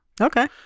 Okay